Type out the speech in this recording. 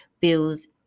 feels